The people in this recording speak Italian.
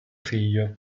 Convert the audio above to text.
figlio